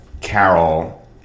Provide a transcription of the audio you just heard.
Carol